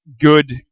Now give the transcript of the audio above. good